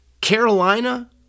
Carolina